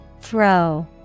Throw